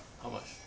how much